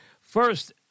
first